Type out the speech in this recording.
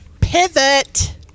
Pivot